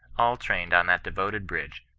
all trained on that devoted bridge,